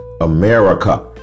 America